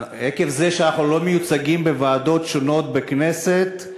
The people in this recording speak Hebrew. עקב זה שאנחנו לא מיוצגים בוועדות שונות בכנסת,